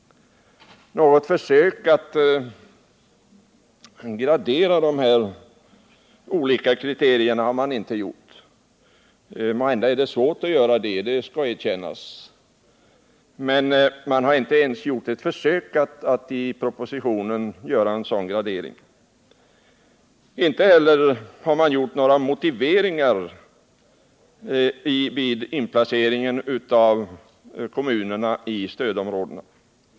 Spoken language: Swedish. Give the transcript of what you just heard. Något försök att gradera dessa olika kriterier har man inte gjort. Måhända är det svårt — det skall jag erkänna. Men man har inte ens försökt att göra en sådan gradering i propositionen. Några motiveringar finns inte heller när det gäller inplaceringen av kommunerna i stödområdena.